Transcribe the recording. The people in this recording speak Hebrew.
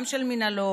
גם של מינהלות,